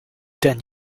than